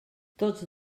tots